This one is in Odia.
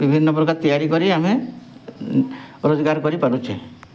ବିଭିନ୍ନ ପ୍ରକାର ତିଆରି କରି ଆମେ ରୋଜଗାର କରି ପାରୁଛେ